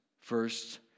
first